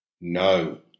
No